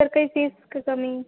sir काही fees काय कमी